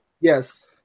Yes